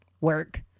work